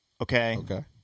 okay